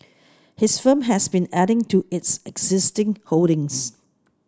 his firm has been adding to its existing holdings